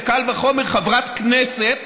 וקל וחומר חברת כנסת,